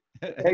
Hey